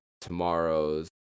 tomorrow's